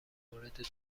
مورد